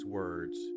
words